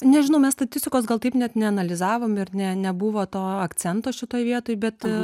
nežinau mes statistikos gal taip net neanalizavom ir ne nebuvo to akcento šitoj vietoj bet